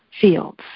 fields